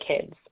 kids